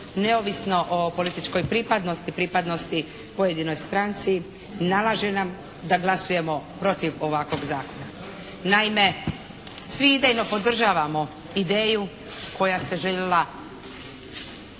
neovisno o političkoj pripadnosti, pripadnosti pojedinoj stranci nalaže nam da glasujemo protiv ovakvog Zakona. Naime, svi idejno podržavamo ideju koja se željela